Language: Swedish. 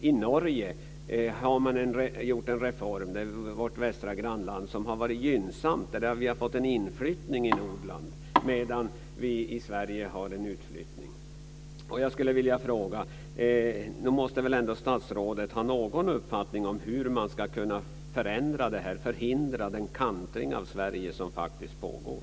I Norge, vårt västra grannland, har man genomfört en reform som har gynnat inflyttningen till de norra delarna medan vi i Sverige har en utflyttning. Jag skulle vilja fråga: Nog måste väl ändå statsrådet ha någon uppfattning om hur man ska kunna förändra det här och förhindra den kantring av Sverige som faktiskt pågår?